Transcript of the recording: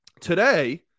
Today